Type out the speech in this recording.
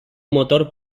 motor